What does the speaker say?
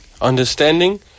understanding